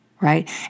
Right